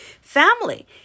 family